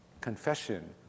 Confession